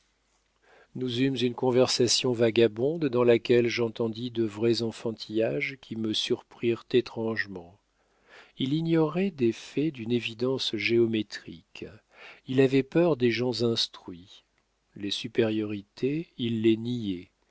nous eûmes une conversation vagabonde dans laquelle j'entendis de vrais enfantillages qui me surprirent étrangement il ignorait des faits d'une évidence géométrique il avait peur des gens instruits les supériorités il